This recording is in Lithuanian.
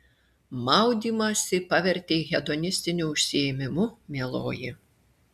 maudymąsi pavertei hedonistiniu užsiėmimu mieloji